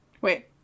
wait